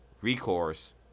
recourse